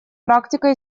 практикой